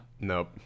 nope